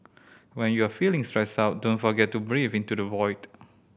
when you are feeling stressed out don't forget to breathe into the void